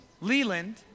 Leland